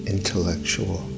Intellectual